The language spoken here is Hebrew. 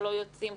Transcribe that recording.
שלא יוצאים.